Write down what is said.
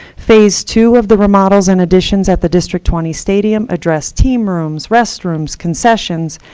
phase two of the remodels and additions at the district twenty stadium address team rooms, restrooms, concessions,